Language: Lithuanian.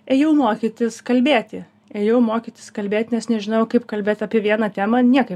ėjau mokytis kalbėti ėjau mokytis kalbėt nes nežinojau kaip kalbėt apie vieną temą niekaip